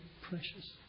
precious